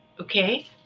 Okay